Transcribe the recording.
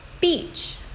beach